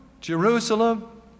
Jerusalem